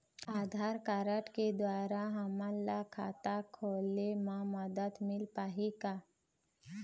आधार card के द्वारा हमन ला खाता खोले म मदद मिल पाही का?